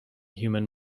human